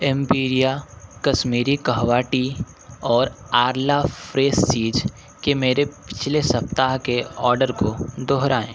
Empiria Kashmiri kahwa tea और Arla fresh cheese के मेरे पिछले सप्ताह के ऑर्डर को दोहराएँ